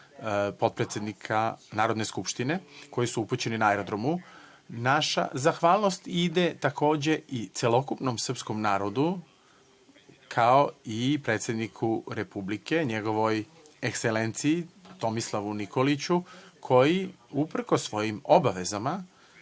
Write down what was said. potpredsednika Narodne skupštine, koji su upućeni na aerodromu. Naša zahvalnost ide takođe i celokupnom srpskom narodu, kao i predsedniku Republike, Njegovoj Ekselenciji Tomislavu Nikoliću koji uprkos svojim obavezama